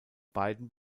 beiden